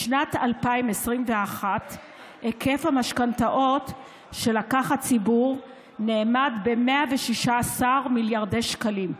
בשנת 2021 היקף המשכנתאות שלקח הציבור נאמד ב-116 מיליארדי שקלים.